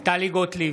בעד טלי גוטליב,